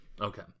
Okay